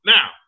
Now